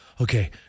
Okay